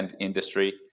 industry